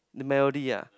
the melody ah